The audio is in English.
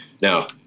now